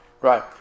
Right